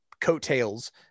coattails